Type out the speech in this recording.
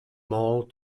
mall